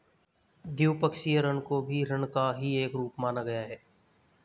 द्विपक्षीय ऋण को भी ऋण का ही एक रूप माना गया है